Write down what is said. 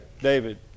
David